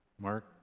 Mark